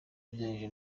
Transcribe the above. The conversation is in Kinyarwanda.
ugereranyije